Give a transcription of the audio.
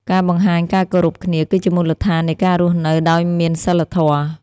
ការបង្ហាញការគោរពគ្នាគឺជាមូលដ្ឋាននៃការរស់នៅដោយមានសីលធម៌។